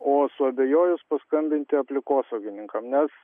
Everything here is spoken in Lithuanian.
o suabejojus paskambinti aplinkosaugininkam nes